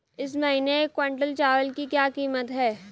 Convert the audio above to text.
इस महीने एक क्विंटल चावल की क्या कीमत है?